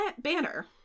banner